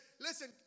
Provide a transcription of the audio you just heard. listen